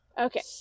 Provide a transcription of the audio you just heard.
Okay